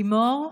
לימור.